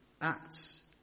acts